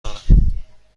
دارم